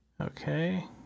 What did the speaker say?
Okay